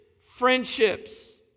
friendships